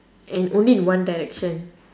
and only in one direction